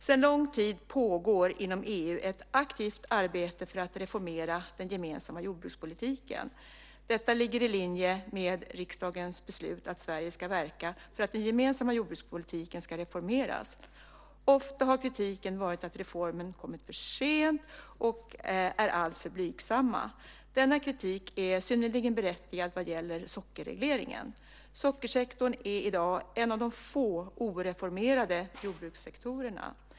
Sedan lång tid pågår inom EU ett aktivt arbete för att reformera den gemensamma jordbrukspolitiken. Detta ligger i linje med riksdagens beslut att Sverige ska verka för att den gemensamma jordbrukspolitiken ska reformeras. Ofta har kritiken varit att reformerna kommit för sent och är alltför blygsamma. Denna kritik är synnerligen berättigad vad gäller sockerregleringen. Sockersektorn är i dag en av de få oreformerade jordbrukssektorerna.